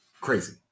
crazy